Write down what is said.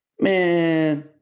Man